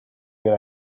good